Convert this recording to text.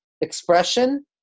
expression